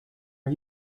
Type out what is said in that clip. are